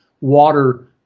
water